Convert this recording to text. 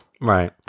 right